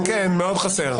כן, כן, מאוד חסר.